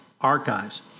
archives